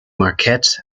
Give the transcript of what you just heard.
marquette